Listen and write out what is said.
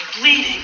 Bleeding